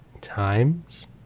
times